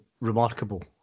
remarkable